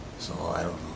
so i don't